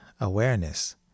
awareness